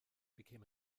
became